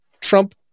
trump